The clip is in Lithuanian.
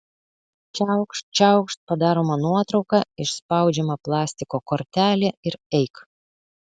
čiaukšt čiaukšt padaroma nuotrauka išspaudžiama plastiko kortelė ir eik